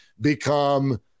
become